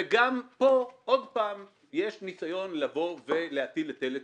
וגם פה עוד פעם יש ניסיון להטיל היטל היצף.